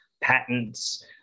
patents